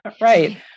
Right